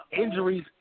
injuries